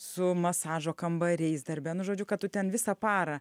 su masažo kambariais darbe nu žodžiu kad tu ten visą parą